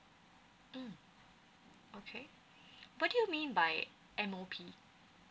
mm okay what do you mean by M_O_P